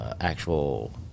Actual